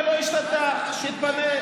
דאז, בנימין נתניהו.